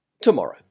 tomorrow